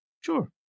sure